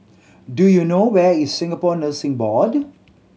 do you know where is Singapore Nursing Board